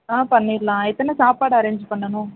ஆ பண்ணிடலாம் எத்தனை சாப்பாடு அரேஞ்ச் பண்ணணும்